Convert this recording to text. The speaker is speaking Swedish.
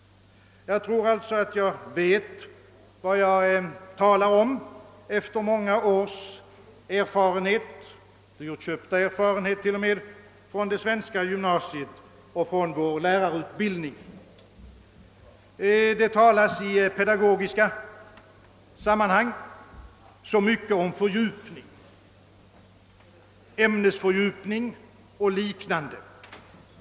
Jag tror alltså att jag vet vad jag talar om efter många års erfarenhet — dyrköpt erfarenhet till och med — från det svenska gymnasiet och från vår lärarutbildning. Det talas i pedagogiska sammanhang så mycket om fördjupning — ämnesfördjupning och liknande.